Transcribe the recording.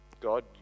God